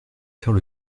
faire